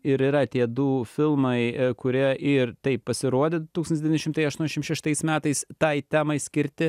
ir yra tie du filmai kurie ir taip pasirodė tūkstantis devyni šimtai aštuoniasdešim šeštais metais tai temai skirti